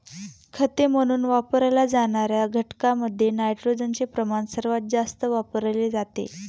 खते म्हणून वापरल्या जाणार्या घटकांमध्ये नायट्रोजनचे प्रमाण सर्वात जास्त वापरले जाते